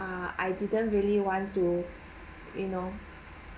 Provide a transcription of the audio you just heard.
err I didn't really want to you know